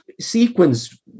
sequence